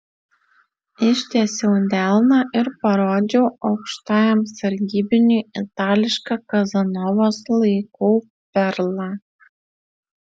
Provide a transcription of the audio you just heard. ištiesiau delną ir parodžiau aukštajam sargybiniui itališką kazanovos laikų perlą